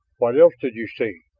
what else did you see?